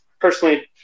personally